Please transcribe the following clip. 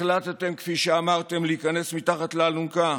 החלטתם, כפי שאמרתם, להיכנס מתחת לאלונקה?